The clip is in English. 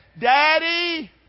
Daddy